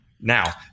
Now